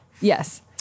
Yes